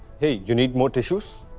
hey, you need more tissues?